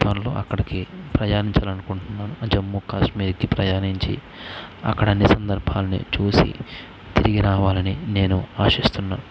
త్వరలో అక్కడికి ప్రయాణించాలి అనుకుంటున్నాను జమ్మూకాశ్మీర్కి ప్రయాణించి అక్కడ అన్నీ సందర్భాన్నీ చూసి తిరిగి రావాలని నేను ఆశిస్తున్నాను